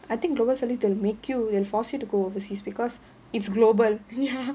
I think global service they make you they force you to go overseas because it's global